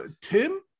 Tim